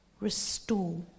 restore